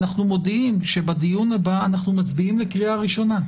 אנחנו מודיעים שבדיון הבא אנחנו מצביעים לקריאה ראשונה.